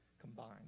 combined